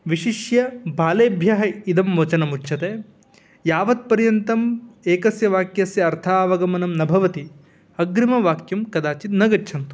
विशिष्य बालेभ्यः इदं वचनमुष्यते यावत्पर्यन्तम् एकस्य वाक्यस्य अर्थावगमनं न भवति अग्रिमवाक्यं कदाचिद् न गच्छन्तु